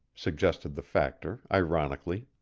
suggested the factor, ironically.